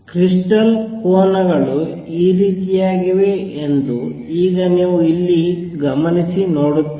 crystal ಕೋನಗಳು ಈ ರೀತಿಯಾಗಿವೆ ಎಂದು ಈಗ ನೀವು ಇಲ್ಲಿ ಗಮನಿಸಿ ನೋಡುತ್ತೀರಿ